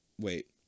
wait